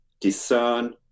discern